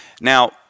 Now